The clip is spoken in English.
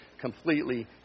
completely